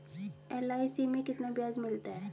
LIC में कितना ब्याज मिलता है?